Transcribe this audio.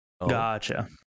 Gotcha